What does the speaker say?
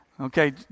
Okay